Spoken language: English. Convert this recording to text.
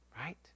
right